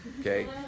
okay